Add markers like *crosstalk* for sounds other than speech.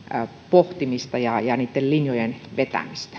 pohtimista ja ja linjojen vetämistä *unintelligible*